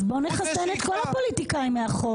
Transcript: אז בוא נחסן את כל הפוליטיקאים מהחוק.